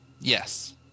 Yes